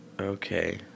Okay